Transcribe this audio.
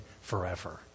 forever